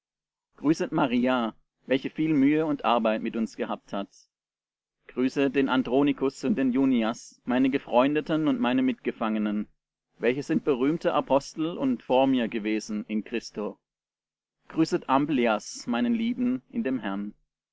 grüßet maria welche viel mühe und arbeit mit uns gehabt hat grüßet den andronikus und den junias meine gefreundeten und meine mitgefangenen welche sind berühmte apostel und vor mir gewesen in christo grüßet amplias meinen lieben in dem herrn